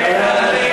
כי לך יש אוניברסיטה.